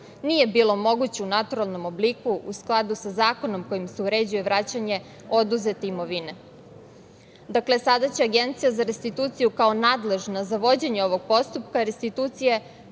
nije bilo moguće u naturalnom obliku, u skladu sa zakonom kojim se uređuje vraćanje oduzete imovine. Sada će Agencija za restituciju kao nadležna za vođenje ovog postupka restitucije